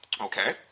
okay